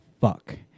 fuck